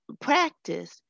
practice